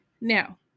now